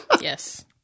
Yes